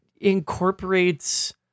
incorporates